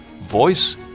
voice